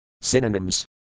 Synonyms